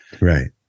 right